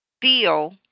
feel